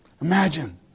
Imagine